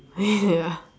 ya